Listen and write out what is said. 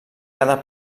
cada